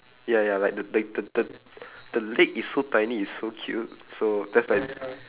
ya ya like the the the the the leg is so tiny it's so cute so that's like